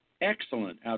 excellent